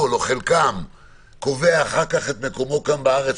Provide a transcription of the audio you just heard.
חלקם קובע אחר כך את מקומו כאן בארץ,